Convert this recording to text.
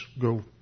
go